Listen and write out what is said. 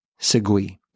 Segui